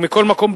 ומכל מקום,